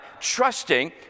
trusting